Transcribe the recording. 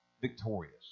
victorious